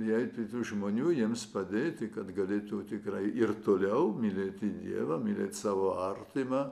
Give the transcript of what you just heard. prieit prie tų žmonių jiems padėti kad galėtų tikrai ir toliau mylėti dievą mylėti savo artimą